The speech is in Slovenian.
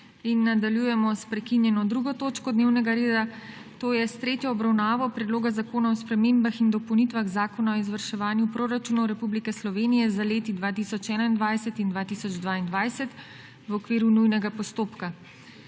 **Nadaljujemo s prekinjeno 2. točko dnevnega reda, to je s tretjo obravnavo Predloga zakona o spremembah in dopolnitvah Zakona o izvrševanju proračunov Republike Slovenije za leti 2021 in 2022 v okviru nujnega postopka.**